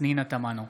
פנינה תמנו.